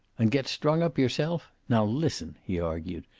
and get strung up yourself! now listen? he argued.